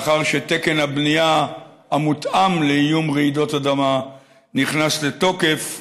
לאחר שתקן הבנייה המותאם לאיום רעידות האדמה נכנס לתוקף,